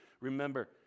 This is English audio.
remember